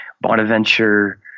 Bonaventure